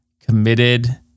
committed